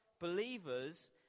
believers